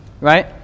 right